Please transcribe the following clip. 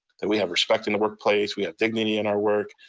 that we have respect in the workplace, we have dignity in our work.